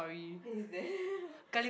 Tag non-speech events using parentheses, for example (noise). what is that (noise)